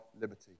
liberty